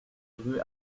rue